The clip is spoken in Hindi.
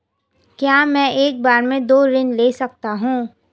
क्या मैं एक बार में दो ऋण ले सकता हूँ?